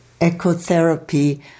ecotherapy